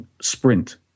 sprint